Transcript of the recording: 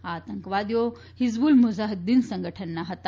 આ આતંકવાદીઓ હિઝબુલ મુજાહિદ્દીન સંગઠનના હતા